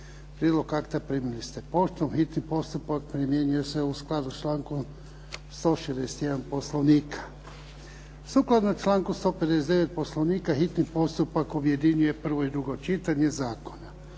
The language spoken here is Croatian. Prijedlog akta primili ste poštom. Hitni postupak primjenjuje se u skladu sa člankom 161. Poslovnika. Sukladno članku 159. Poslovnika hitni postupak objedinjuje prvo i drugo čitanje Zakona.